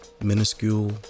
minuscule